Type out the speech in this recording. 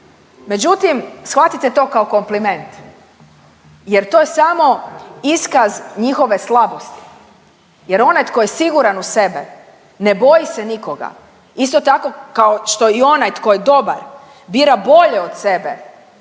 Međutim, shvatite to kao kompliment jer to je samo iskaz njihove slabosti jer onaj tko je siguran u sebe ne boji se nikoga, isto tako kao što i onaj tko je dobar bira bolje od sebe